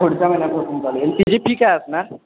पुढच्या महिन्यापसून चालेल त्याची फी काय असणार